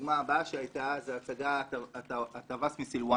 הדוגמה הבאה שהיתה היא ההצגה "הטווס מסילוואן",